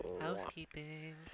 Housekeeping